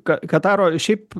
ka kataro šiaip